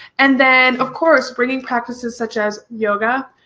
and then of course bringing practices such as yoga,